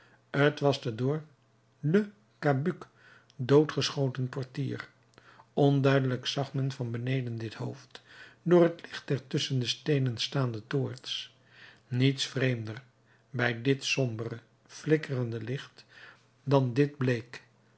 t was de door le cabuc doodgeschoten portier onduidelijk zag men van beneden dit hoofd door het licht der tusschen de steenen staande toorts niets vreemder bij dit sombere flikkerende licht dan dit bleek